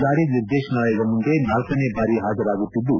ಜಾರಿ ನಿರ್ದೇಶನಾಲಯದ ಮುಂದೆ ನಾಲ್ಡನೇ ಬಾರಿ ಹಾಜರಾಗುತ್ತಿದ್ದು